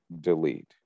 Delete